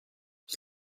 ich